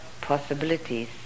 possibilities